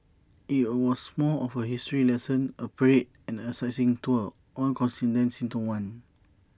IT was more of A history lesson A parade and A sightseeing tour all condensed into one